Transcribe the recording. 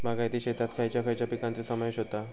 बागायती शेतात खयच्या खयच्या पिकांचो समावेश होता?